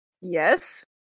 Yes